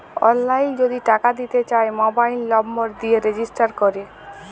অললাইল যদি টাকা দিতে চায় মবাইল লম্বর দিয়ে রেজিস্টার ক্যরে